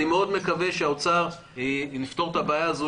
השאלה המרכזית היא כוח אדם,